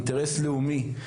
אינטרס לאומי,